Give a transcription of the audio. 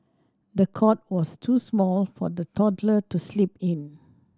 the cot was too small for the toddler to sleep in